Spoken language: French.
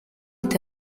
est